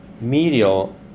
Medial